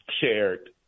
shared